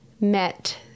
met